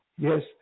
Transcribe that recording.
yes